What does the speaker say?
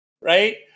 Right